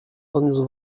odniósł